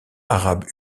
arabes